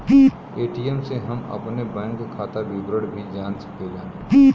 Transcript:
ATM से हम अपने बैंक खाता विवरण भी जान सकीला